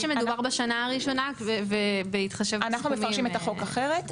מפרשים את החוק אחרת.